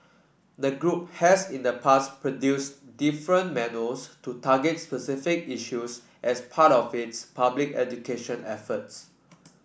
the group has in the past produced different manuals to target specific issues as part of its public education efforts